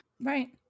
Right